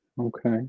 Okay